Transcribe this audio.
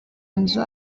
nzu